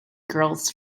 girls